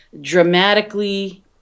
dramatically